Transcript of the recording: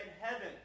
heaven